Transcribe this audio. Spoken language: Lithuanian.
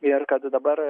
ir kad dabar